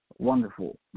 Wonderful